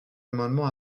amendement